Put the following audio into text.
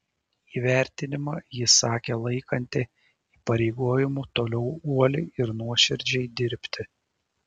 įvertinimą ji sakė laikanti įpareigojimu toliau uoliai ir nuoširdžiai dirbti